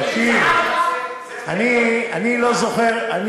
אני כבר, תגיש.